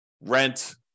rent